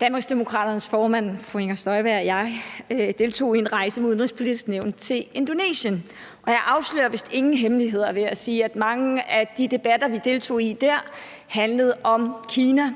Danmarksdemokraternes formand, fru Inger Støjberg, og jeg, deltog i en rejse med Udenrigspolitisk Nævn til Indonesien. Og jeg afslører vist ingen hemmeligheder ved at sige, at mange af de debatter, vi deltog i der, handlede om Kina